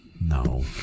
No